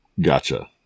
Gotcha